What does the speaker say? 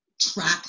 track